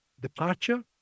departure